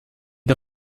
der